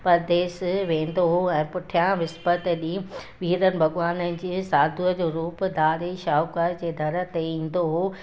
परदेसु वेंदो हो ऐं पुठियां विस्पति ॾींहुं वीरल भॻवान जे साधूअ जो रूप धारे शाहूकार जे दर ते ईंदो हो